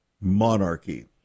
monarchy